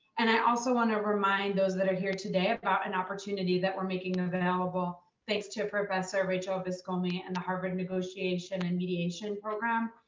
and i also want to remind those that are here today about an opportunity that we're making available available thanks to professor rachel viscomi and the harvard negotiation and mediation program,